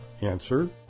Answer